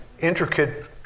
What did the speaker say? intricate